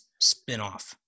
spinoff